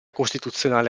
costituzionale